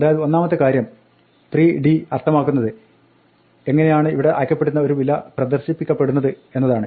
അതായത് ഒന്നാമത്തെ കാര്യം 3d അർത്ഥമാക്കുന്നത് എങ്ങിനെയാണ് ഇവിടെ അയക്കപ്പെടുന്ന ഒരു വില പ്രദർശിപ്പിക്കപ്പെടുന്നത് എന്നതാണ്